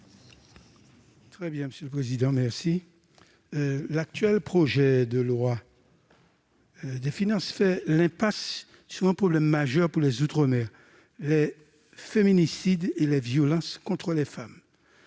est à M. Maurice Antiste. L'actuel projet de loi de finances fait l'impasse sur un problème majeur pour les outre-mer : les féminicides et les violences contre les femmes.